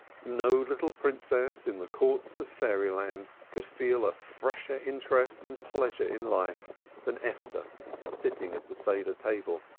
no little princess in the courts of fairyland could feel a fresher interest and pleasure in life than esther sitting at the seder table,